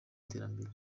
iterambere